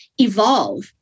evolve